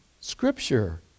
Scripture